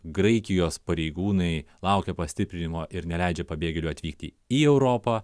graikijos pareigūnai laukia pastiprinimo ir neleidžia pabėgėlių atvykti į europą